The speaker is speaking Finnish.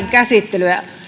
käsittelyä